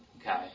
Okay